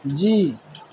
جی